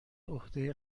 عهده